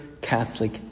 Catholic